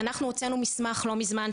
אנחנו הוצאנו מסמך לא מזמן,